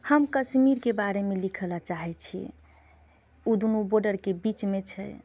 हम कश्मीरके बारेमे लिख ला चाहैत छियै ओ दूनू बॉर्डरके बीचमे छै